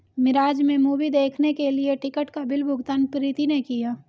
मिराज में मूवी देखने के लिए टिकट का बिल भुगतान प्रीति ने किया